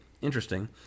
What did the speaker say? Interesting